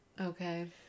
Okay